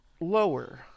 lower